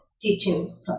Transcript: teaching